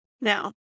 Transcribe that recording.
Now